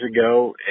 ago